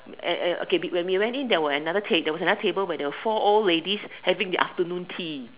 uh uh ya okay big when we went in there were another take there was another table but there were four old ladies having their afternoon tea